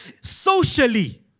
socially